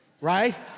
right